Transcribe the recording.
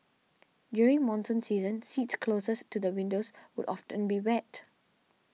during monsoon season seats closest to the windows would often be wet